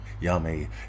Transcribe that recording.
yummy